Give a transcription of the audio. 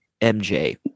MJ